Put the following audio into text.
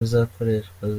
zizakoreshwa